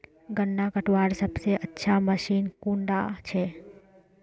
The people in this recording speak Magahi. गन्ना कटवार सबसे अच्छा मशीन कुन डा छे?